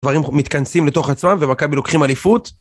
דברים מתכנסים לתוך עצמם ומכבי לוקחים אליפות.